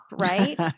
right